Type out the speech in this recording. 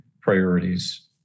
priorities